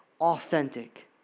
authentic